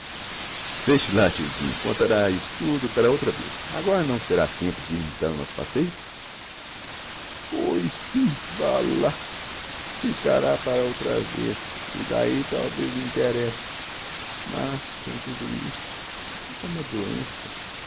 lá tiozinho contará isso tudo para outra vez agora não será tempo de irmos dar o nosso passeio pois sim vá lá ficará para outra vez e d'ahi talvez não interésse mas com tudo isso é uma doença